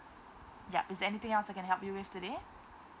yup is there anything else I can help you with today